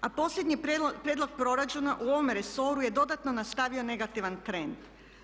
A posljednji prijedlog proračuna u ovome resoru je dodatno nastavio negativan trend.